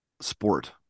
sport